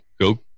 go